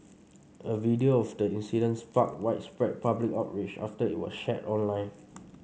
a video of the incident sparked widespread public outrage after it was shared online